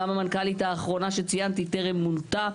גם המנכ"לית האחרונה שציינת היא טרם מונתה,